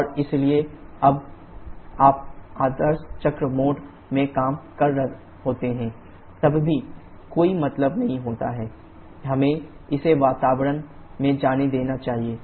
और इसलिए जब आप आदर्श चक्र मोड में काम कर रहे होते हैं तब भी कोई मतलब नहीं होता है हमें इसे वातावरण में जाने देना चाहिए